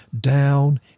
down